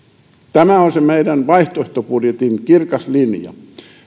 tämä on se meidän vaihtoehtobudjettimme kirkas linja